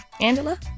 Angela